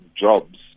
jobs